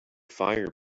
fire